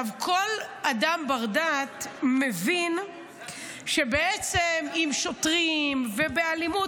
כל אדם בר-דעת מבין שעם שוטרים ובאלימות,